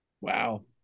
Wow